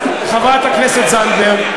חברת הכנסת זנדברג,